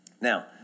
Now